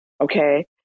okay